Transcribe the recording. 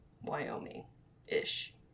Wyoming-ish